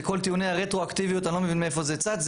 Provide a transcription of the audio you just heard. לכל טיעוני הרטרואקטיביות אני לא מבין מאיפה זה צץ.